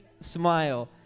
smile